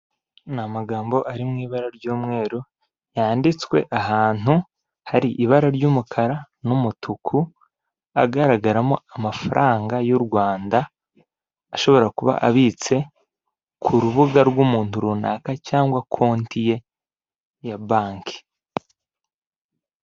Ni amagambo ari mu ibara ry'umweru, yanditswe ahantu hari ibara ry'umukara n'umutuku, agaragaramo amafaranga y'u Rwanda, ashobora kuba abitse ku rubuga rw'umuntu runaka cyangwa konti ye ya Banki.